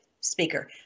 speaker